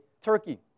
Turkey